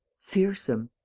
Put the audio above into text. fearsome.